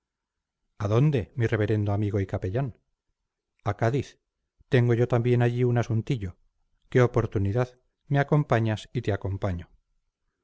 a dónde mi reverendo amigo y capellán a cádiz tengo yo también allí un asuntillo qué oportunidad me acompañas y te acompaño